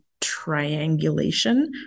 triangulation